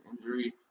injury